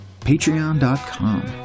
Patreon.com